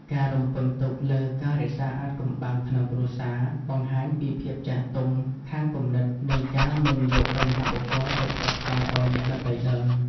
ការរំពឹងទុកលើ "ការរក្សាអាថ៌កំបាំងក្នុងគ្រួសារ" បង្ហាញពីភាពចាស់ទុំខាងគំនិត និងការមិនយកបញ្ហាបុគ្គលទៅផ្សព្វផ្សាយឱ្យអ្នកដទៃដឹង។